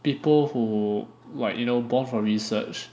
people who like you know born for research